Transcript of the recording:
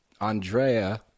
Andrea